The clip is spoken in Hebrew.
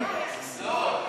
לא,